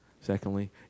Secondly